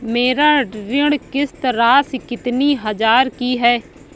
मेरी ऋण किश्त राशि कितनी हजार की है?